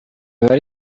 mibare